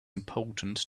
important